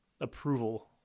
approval